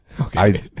Okay